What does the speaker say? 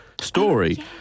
story